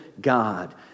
God